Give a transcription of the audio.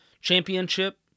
championship